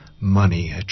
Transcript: money